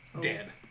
dead